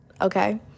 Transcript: okay